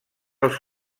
als